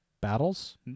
battles